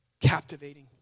captivating